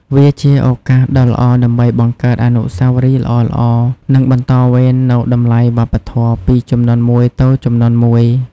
វាជាឱកាសដ៏ល្អដើម្បីបង្កើតអនុស្សាវរីយ៍ល្អៗ និងបន្តវេននូវតម្លៃវប្បធម៌ពីជំនាន់មួយទៅជំនាន់មួយ ។